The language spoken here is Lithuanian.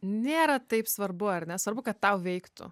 nėra taip svarbu ar nesvarbu kad tau veiktų